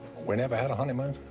we never had a honeymoon?